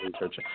research